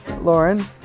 Lauren